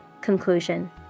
Conclusion